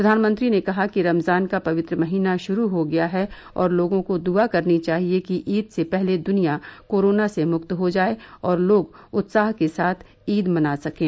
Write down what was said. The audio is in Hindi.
प्रधानमंत्री ने कहा कि रमजान का पवित्र महीना शुरू हो गया है और लोगों को दुआ करनी चाहिए कि ईद से पहले दुनिया कोरोना से मुक्त हो जाये और लोग उत्साह के साथ ईद मना सकें